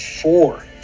four